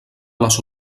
les